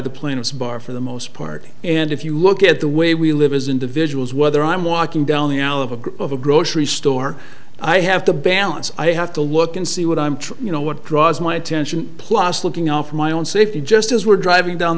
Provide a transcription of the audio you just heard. the plaintiff's bar for the most part and if you look at the way we live as individuals whether i'm walking down the aisle of a group of a grocery store i have to balance i have to look and see what i'm you know what draws my attention plus looking off my own safety just as we're driving down